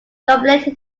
dominated